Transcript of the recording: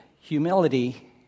humility